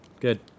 Good